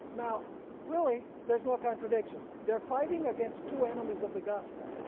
now really there's no contradiction they are fighting against two enemies of the gospel.